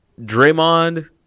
Draymond